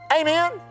Amen